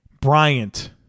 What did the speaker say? Bryant